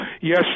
yes